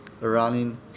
running